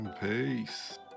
peace